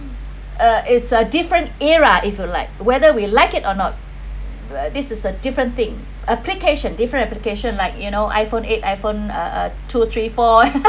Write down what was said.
uh it's a different era if you like whether we like it or not this is a different thing application different application like you know I_phone eight I_phone uh uh two three four